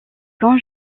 quand